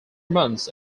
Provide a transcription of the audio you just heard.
months